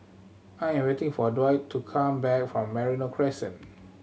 I am waiting for Dwight to come back from Merino Crescent